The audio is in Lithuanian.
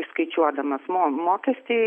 išskaičiuodamas mo mokestį